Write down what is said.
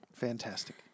Fantastic